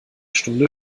stunde